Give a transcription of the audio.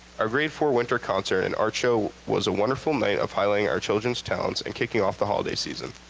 our grade four winter concert and art show was a wonderful night of highlighting our children's talents and kicking off the holiday season.